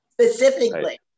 specifically